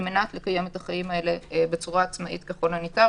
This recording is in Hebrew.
לקיים את החיים האלה צורה עצמאית ככל הניתן,